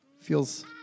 feels